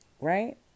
Right